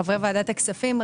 חברי ועדת הכספים,